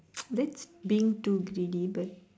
that's being too greedy but